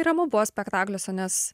ramu buvo spektakliuose nes